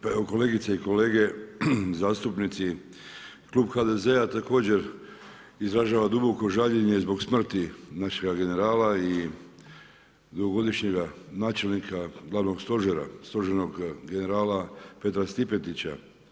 Pa evo kolegice i kolege zastupnici klub HDZ-a također izražava duboko žaljenje zbog smrti našega generala i dugogodišnjega načelnika Glavnog stožera, stožernog generala Petra Stipetića.